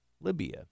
Libya